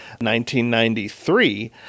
1993